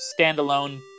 standalone